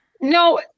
No